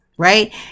right